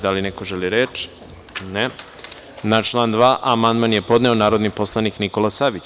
Da li neko želi reč? (Ne) Na član 2. amandman je podneo narodni poslanik Nikola Savić.